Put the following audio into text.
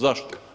Zašto?